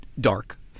dark